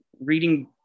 reading